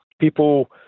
people